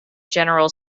general